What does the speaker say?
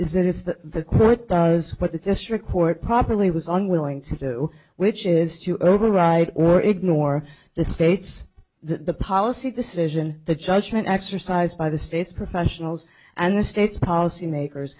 if the court does what the district court properly was unwilling to do which is to override or ignore the states the policy decision the judgment exercised by the states professionals and the states policymakers